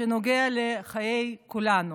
שנוגע לחיי כולנו: